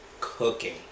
cooking